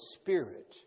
Spirit